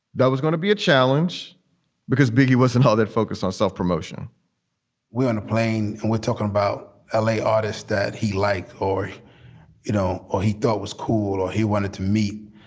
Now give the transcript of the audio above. that was gonna be a challenge because biggie wasn't all that focused on self-promotion we're on a plane and we're talking about l a. autists that he like or you know, or he thought it was cool or he wanted to meet.